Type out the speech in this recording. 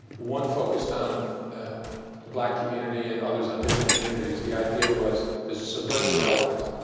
one focused on the black community and others on different communities. the idea was there's a subversive element.